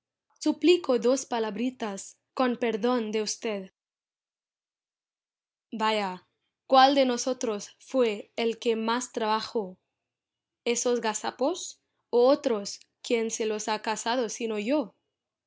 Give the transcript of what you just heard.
suplico dos palabritas con perdón de usted vaya cuál de nosotros fué el que más trajo esos gazapos y otros quién se los ha cazado sino yo